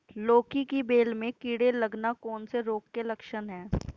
लौकी की बेल में कीड़े लगना कौन से रोग के लक्षण हैं?